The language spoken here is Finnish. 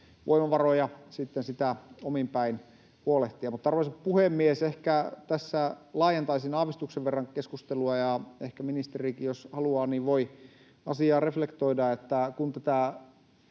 voimavaroja sitten omin päin huolehtia niistä. Arvoisa puhemies! Mutta ehkä tässä laajentaisin aavistuksen verran keskustelua, ja ehkä ministerikin, jos haluaa, voi asiaa reflektoida. Kun tätä